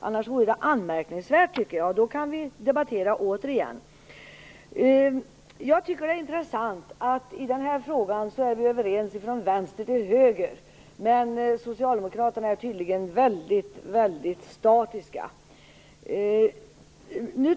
Jag tycker att det annars vore anmärkningsvärt. Då kan vi debattera igen. Jag tycker att det är intressant att vi i den här frågan är överens från vänster till höger, men socialdemokraterna är tydligen väldigt statiska.